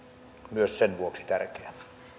tärkeä